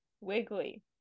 wiggly